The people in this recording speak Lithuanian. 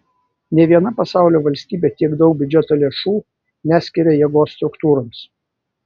nė viena pasaulio valstybė tiek daug biudžeto lėšų neskiria jėgos struktūroms